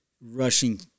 rushing